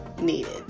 needed